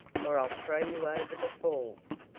or i'll throw you over the falls!